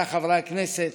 חבריי חברי הכנסת,